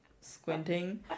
squinting